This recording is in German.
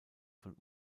von